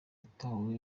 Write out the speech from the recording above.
yatwawe